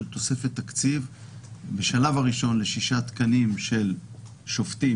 של תוספת תקציב בשלב הראשון לשישה תקנים של שופטים